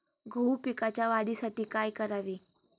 गहू पिकाच्या वाढीसाठी काय करावे?